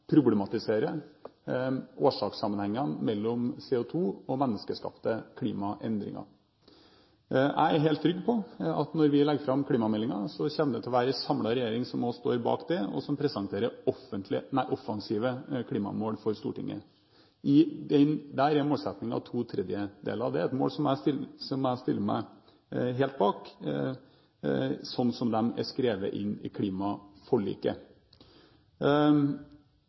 årsakssammenhengene mellom CO2-utslipp og menneskeskapte klimaendringer. Jeg er helt trygg på at når vi legger fram klimameldingen, kommer det til å være en samlet regjering som også står bak, og som presenterer offensive klimamål for Stortinget. Der er målsettingen to tredjedeler. Det er et mål som jeg stiller meg helt bak, sånn som det er skrevet inn i klimaforliket.